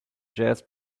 jazz